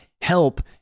help